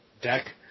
deck